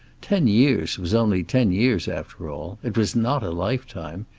ten years was only ten years after all. it was not a lifetime.